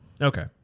Okay